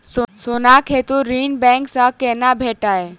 सोनाक हेतु ऋण बैंक सँ केना भेटत?